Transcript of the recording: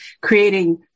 creating